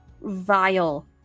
vile